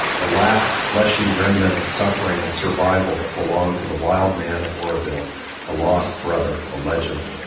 the last fleshy remnant of suffering and survival that belonged to the wild man of oroville the lost brotherof the legend.